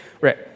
Right